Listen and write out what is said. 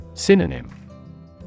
Synonym